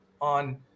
on –